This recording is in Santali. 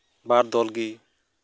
ᱵᱟᱨ ᱫᱚᱞ ᱜᱮ